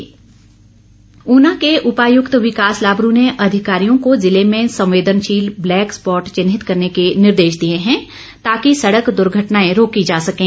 विकास लाबरू उना के उपायुक्त विकास लाबरू ने अधिकारियों को जिले में संवेदनशील ब्लैक स्पॉट चिन्हित करने के निर्देश दिए हैं ताकि सड़क दुर्घटनाएं रोकी जा सकें